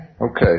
Okay